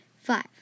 Five